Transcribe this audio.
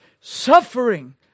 suffering